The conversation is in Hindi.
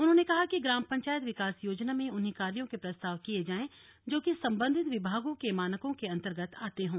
उन्होंने कहा कि ग्राम पंचायत विकास योजना में उन्हीं कार्यो के प्रस्ताव किए जाएं जो कि संबंधित विभागों के मानकों के अंतर्गत आते हों